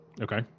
Okay